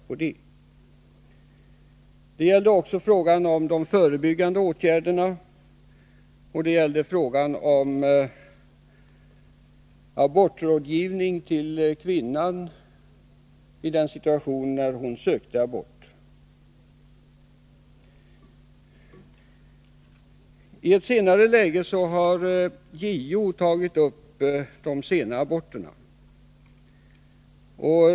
Vi frågade oss också vad de regionala skillnader som fanns kunde bero på, och vi menade att en kommande abortkommitté borde titta på detta. I ett senare läge har JO tagit upp de sena aborterna.